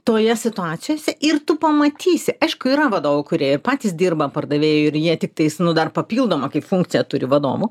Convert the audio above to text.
toje situacijose ir tu pamatysi aišku yra vadovų kurie ir patys dirba pardavėju ir jie tiktais nu dar papildomą kaip funkciją turi vadovo